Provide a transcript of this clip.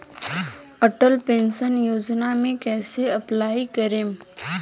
Atal pension Yojana मे कैसे apply करेम?